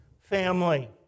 family